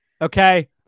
okay